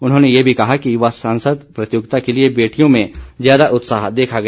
उन्होंने ये भी कहा कि युवा सांसद प्रतियोगिता के लिए बेटियों में ज्यादा उत्साह देखा गया